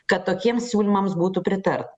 kad tokiems siūlymams būtų pritar